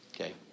Okay